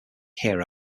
hero